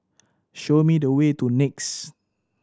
show me the way to NEX